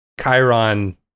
chiron